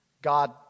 God